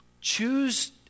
choose